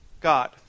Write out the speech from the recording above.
God